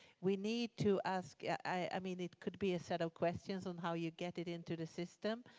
we need to ask i mean, it could be a set of questions on how you get it into the system.